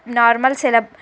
normal celeb